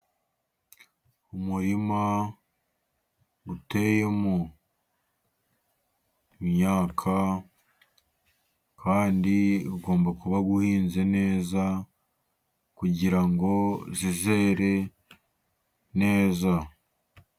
Umurima uteyemo imyaka kandi ugomba kuba uhinze neza kugira ngo izere neza.